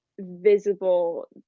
visible